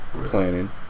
planning